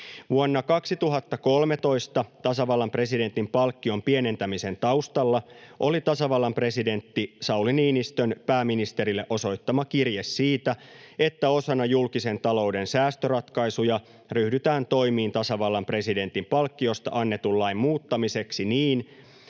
Vuonna 2013 tasavallan presidentin palkkion pienentämisen taustalla oli tasavallan presidentti Sauli Niinistön pääministerille osoittama kirje siitä, että osana julkisen talouden säästöratkaisuja ryhdytään toimiin tasavallan presidentin palkkiosta annetun lain muuttamiseksi niin,